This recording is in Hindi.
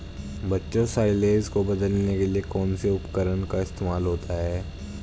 बच्चों साइलेज को बदलने के लिए कौन से उपकरण का इस्तेमाल होता है?